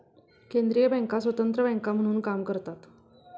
केंद्रीय बँका स्वतंत्र बँका म्हणून काम करतात